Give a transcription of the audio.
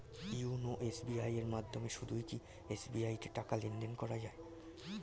YONO SBI এর মাধ্যমে শুধুই কি এস.বি.আই তে টাকা লেনদেন করা যায়?